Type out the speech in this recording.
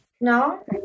No